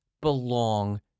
belong